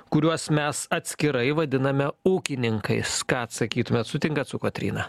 kuriuos mes atskirai vadiname ūkininkais ką atsakytumėt sutinkat su kotryna